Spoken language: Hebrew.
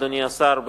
אדוני השר,